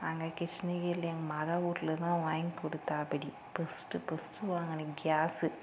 அங்கே கிருஷ்ணகிரியில் எங்க மகள் வீட்லதான் வாங்கி கொடுத்தாப்பிடி பர்ஸ்ட் பர்ஸ்ட் வாங்கின கேஸ்